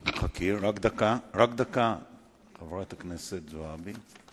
חכי רק דקה, חברת הכנסת זועבי.